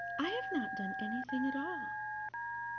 i have not done anything at all.